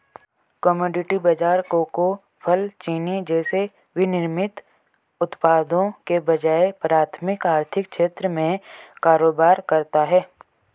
commodity बाजार कोको, फल, चीनी जैसे विनिर्मित उत्पादों के बजाय प्राथमिक आर्थिक क्षेत्र में कारोबार करता है